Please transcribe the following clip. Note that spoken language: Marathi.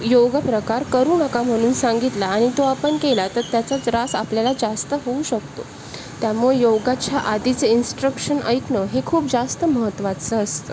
योग प्रकार करू नका म्हणून सांगितला आणि तो आपण केला तर त्याचा त्रास आपल्याला जास्त होऊ शकतो त्यामुळे योगाच्या आधीचे इंस्ट्रक्शन ऐकणं हे खूप जास्त महत्त्वाचं असतं